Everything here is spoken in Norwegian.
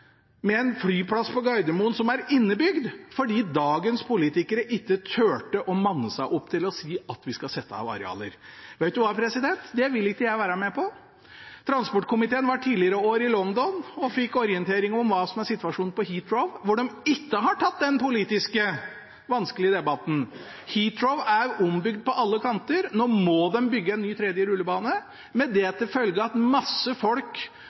med en flyplass på Gardermoen som er innebygd, fordi dagens politikere ikke turte å manne seg opp til å si at vi skal sette av arealer. Vet du hva, president, det vil ikke jeg være med på. Transportkomiteen var tidligere i år i London og fikk orientering om hva som er situasjonen på Heathrow, hvor de ikke har tatt den politisk vanskelige debatten. Det er bygd omkring Heathrow på alle kanter. Nå må de bygge en ny, tredje rullebane, med det til følge at mange folk